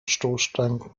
stoßstangen